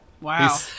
Wow